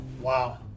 Wow